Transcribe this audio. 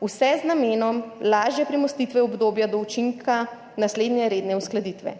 vse z namenom lažje premostitve obdobja do učinka naslednje redne uskladitve.